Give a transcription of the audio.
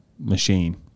machine